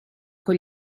con